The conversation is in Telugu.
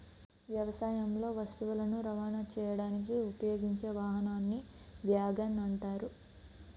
వ్యవసాయంలో వస్తువులను రవాణా చేయడానికి ఉపయోగించే వాహనాన్ని వ్యాగన్ అంటారు